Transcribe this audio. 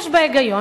יש בה היגיון.